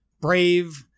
brave